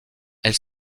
elle